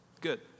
Good